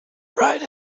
right